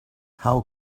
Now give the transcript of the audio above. how